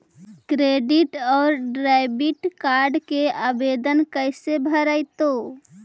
Credit और debit card के आवेदन कैसे भरैतैय?